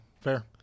fair